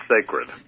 sacred